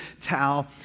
towel